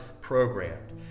programmed